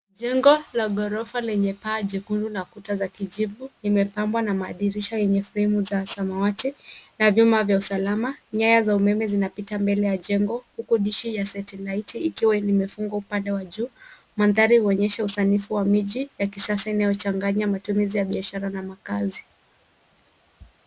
Jengo la ghorofa lenye paa jekundu na kuta za kijivu limepambwa na madirisha yenye fremu za samawati na vyuma za usalama. Nyaya za umeme zinapita mbele ya jengo huko dishi ya setilaiti ikiwa imefungwa upande wa juu. Mandhari huonyesha usanifu wa miji ya kisasa inayochanganya matumizi ya biashara na makazi.